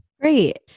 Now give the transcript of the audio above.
Great